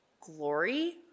glory